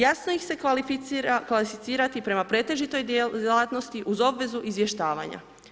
Jasno ih se klasificira prema pretežitoj djelatnosti uz obvezu izvještavanja.